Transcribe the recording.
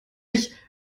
mich